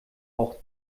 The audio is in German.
auch